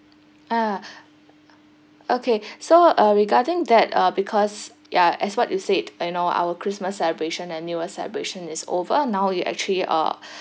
ah okay so uh regarding that ah because ya as what you said you know our christmas celebration and new celebration is over now you actually uh